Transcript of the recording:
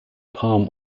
palm